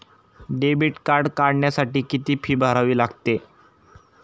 Debit card काढण्यासाठी किती fee भरावी लागते?